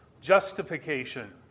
justification